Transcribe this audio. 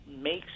makes